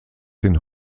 den